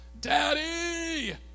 Daddy